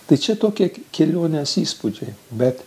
tai čia tokie kelionės įspūdžiai bet